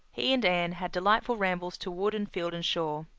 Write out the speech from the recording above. he and anne had delightful rambles to wood and field and shore.